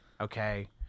okay